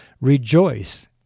rejoice